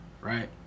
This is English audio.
right